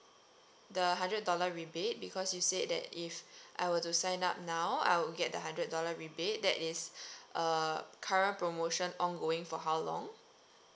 the hundred dollar rebate because you said that if I were to sign up now I will get the hundred dollar rebate that is uh current promotion ongoing for how long